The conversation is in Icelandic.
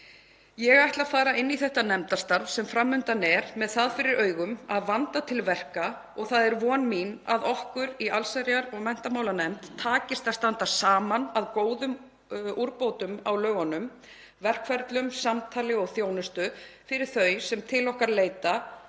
Ég ætla að fara inn í þetta nefndarstarf sem fram undan er með það fyrir augum að vanda til verka. Það er von mín að okkur í allsherjar- og menntamálanefnd takist að standa saman að góðum úrbótum á lögunum, verkferlum, samtali og þjónustu fyrir þau sem til okkar leita